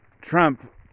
Trump